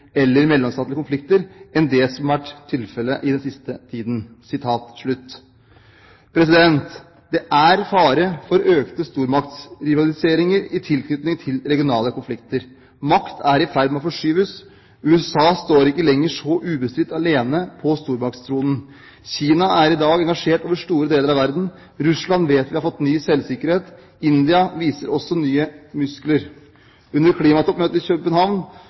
eller mellomstatlige konflikter enn det som har vært tilfelle i den siste tiden.» Det er fare for økte stormaktsrivaliseringer i tilknytning til regionale konflikter. Makt er i ferd med å forskyves. USA står ikke lenger så ubestridt alene på stormaktstronen. Kina er i dag engasjert over store deler av verden. Russland vet vi har fått ny selvsikkerhet. India viser også nye muskler. Under klimatoppmøtet i København